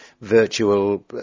virtual